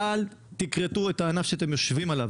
אל תכרתו את הענף שאתם יושבים עליו.